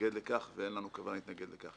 להתנגד לכך ואין לנו כוונה להתנגד לכך.